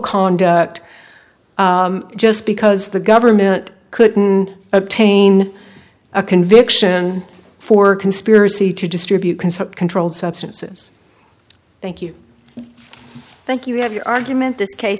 conduct just because the government couldn't obtain a conviction for conspiracy to distribute concert controlled substances thank you thank you have your argument this case